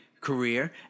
career